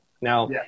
now